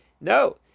No